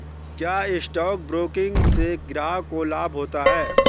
क्या stock broking से ग्राहक को लाभ होता है?